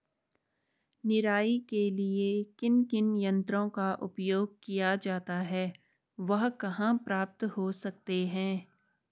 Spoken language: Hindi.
निराई के लिए किन किन यंत्रों का उपयोग किया जाता है वह कहाँ प्राप्त हो सकते हैं?